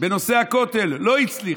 בנושא הכותל לא הצליחה.